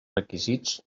requisits